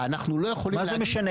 אנחנו לא יכולים להגיד --- מה זה משנה?